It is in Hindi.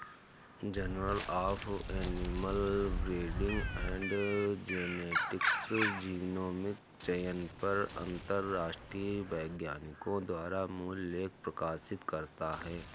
journal of animal breeding and genetics genomic चयन पर अंतरराष्ट्रीय वैज्ञानिकों द्वारा मूल लेख प्रकाशित करता है